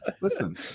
Listen